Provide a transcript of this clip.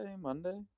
Monday